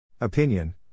Opinion